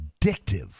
addictive